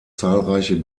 zahlreiche